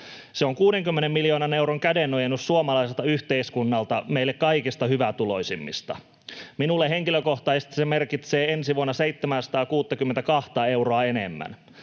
Se on 60 miljoonan euron kädenojennus suomalaiselta yhteiskunnalta meille kaikista hyvätuloisimmille. Minulle henkilökohtaisesti se merkitsee ensi vuonna 762:ta euroa enemmän.